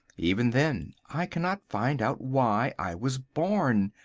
even then i cannot find out why i was born.